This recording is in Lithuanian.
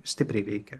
stipriai veikia